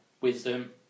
wisdom